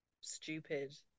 stupid